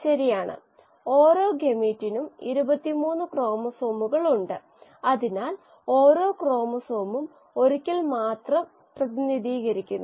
അതിനാൽ ഈ രണ്ട് സാഹചര്യങ്ങളിലും സമീപനം കണക്ക് മൊത്തത്തിലുള്ള കണക്കുകൂട്ടലുകൾ എന്നിവ പരിശോധിക്കുന്നത് നല്ലതാണെന്ന് ഞാൻ കരുതുന്നു